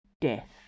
death